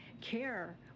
care